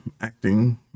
acting